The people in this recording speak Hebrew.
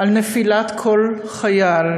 על נפילת כל חייל